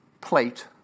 plate